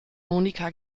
monika